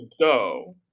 go